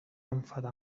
enfadar